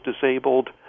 disabled